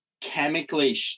chemically